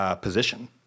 position